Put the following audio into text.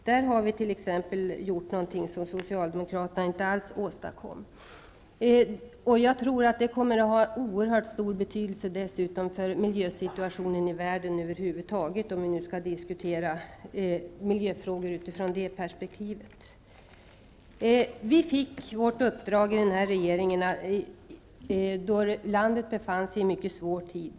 Här har vi gjort någonting som Socialdemokraterna inte alls var inne på. Dessutom tror jag att det här kommer att ha oerhört stor betydelse för miljösituationen i hela världen, om vi nu skall diskutera miljöfrågor ur detta perspektiv. Den här regeringen fick sitt uppdrag när landet befann sig i en mycket svår situation.